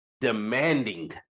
demanding